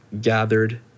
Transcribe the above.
gathered